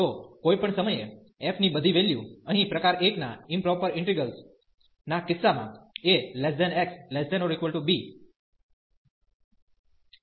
તો કોઈપણ સમયે f ની બધી વેલ્યુઅહીં પ્રકાર 1 ના ઈમપ્રોપર ઇન્ટિગલ ના કિસ્સામાં ax≤b∞ છે